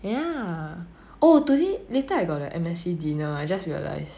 ya oh today later I got the M_N_C dinner I just realise